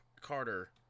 Carter